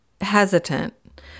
hesitant